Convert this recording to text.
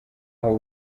aho